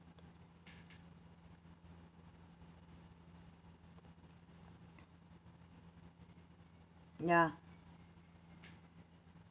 ya